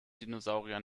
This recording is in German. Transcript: dinosaurier